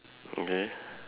okay